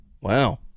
Wow